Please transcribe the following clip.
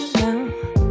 now